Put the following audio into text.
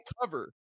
cover